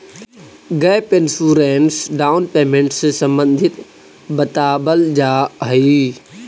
gap insurance down payment से संबंधित बतावल जाऽ हई